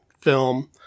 film